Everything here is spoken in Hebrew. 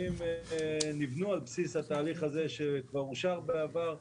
אני יושבת-ראש ועד שכונת נווה שאנן ואני רוצה להצטרך לדברי של חבר הכנסת